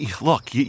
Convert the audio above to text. look